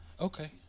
Okay